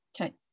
Okay